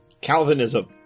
Calvinism